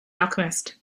alchemist